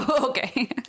okay